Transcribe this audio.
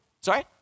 Sorry